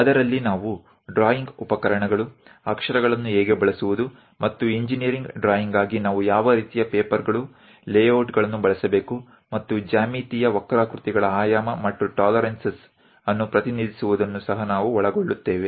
ಅದರಲ್ಲಿ ನಾವು ಡ್ರಾಯಿಂಗ್ ಉಪಕರಣಗಳು ಅಕ್ಷರಗಳನ್ನು ಹೇಗೆ ಬಳಸುವುದು ಮತ್ತು ಇಂಜಿನೀರಿಂಗ್ ಡ್ರಾಯಿಂಗ್ಗಾಗಿ ನಾವು ಯಾವ ರೀತಿಯ ಪೇಪರ್ಗಳು ಲೇಯೌಟ್ಗಳನ್ನು ಬಳಸಬೇಕು ಮತ್ತು ಜ್ಯಾಮಿತೀಯ ವಕ್ರಾಕೃತಿಗಳ ಆಯಾಮ ಮತ್ತು ಟಾಲರೆನ್ಸಸ್ ಅನ್ನು ಪ್ರತಿನಿಧಿಸುವುದನ್ನು ಸಹ ನಾವು ಒಳಗೊಳ್ಳುತ್ತವೆ